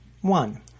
One